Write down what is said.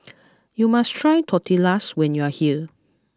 you must try Tortillas when you are here